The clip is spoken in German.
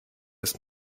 ist